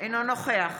אינו נוכח